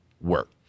work